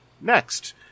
Next